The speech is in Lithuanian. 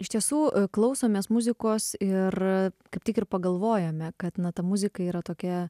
iš tiesų klausomės muzikos ir kaip tik ir pagalvojome kad na ta muzika yra tokia